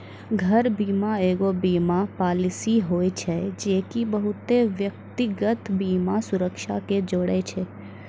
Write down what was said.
घर बीमा एगो बीमा पालिसी होय छै जे की बहुते व्यक्तिगत बीमा सुरक्षा के जोड़े छै